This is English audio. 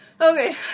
Okay